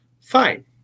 Fine